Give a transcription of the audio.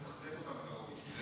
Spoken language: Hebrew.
לתחזק אותם כראוי,